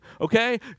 okay